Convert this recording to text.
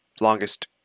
longest